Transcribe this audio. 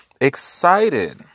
excited